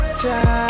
time